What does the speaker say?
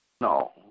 No